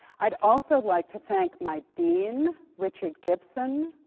i'd also like to thank my dean, richard gibson,